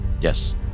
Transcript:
Yes